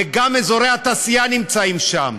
וגם אזורי התעשייה נמצאים שם.